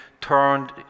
turned